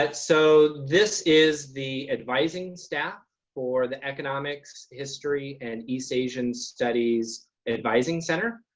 but so this is the advising staff for the economics history and east asian studies advising center.